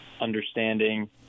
understanding